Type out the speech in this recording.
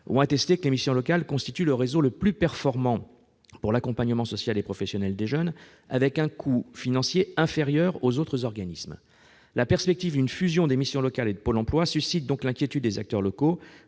ont attesté que les missions locales constituent le réseau le plus performant pour l'accompagnement social et professionnel des jeunes, pour un coût inférieur à celui des autres organismes. La perspective d'une fusion des missions locales et de Pôle emploi suscite donc l'inquiétude des acteurs locaux,